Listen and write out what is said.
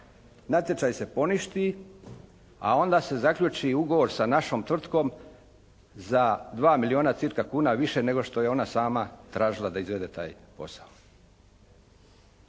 Natječaj se poništi, a onda se zaključi ugovor sa našom tvrtkom za 2 milijona cirka kuna više nego što je ona sama tražila da izvede taj posao.